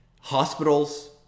hospitals